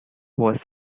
was